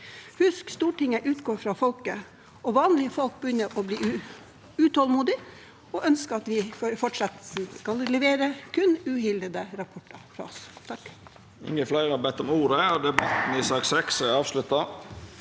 Husk: Stortinget utgår fra folket. Vanlige folk begynner å bli utålmodige og ønsker at vi i fortsettelsen skal levere kun uhildede rapporter.